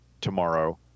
tomorrow